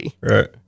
Right